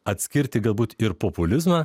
atskirti galbūt ir populizmą